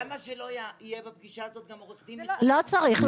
למה שלא יהיה בפגישה הזו גם עורך דין --- לא צריך,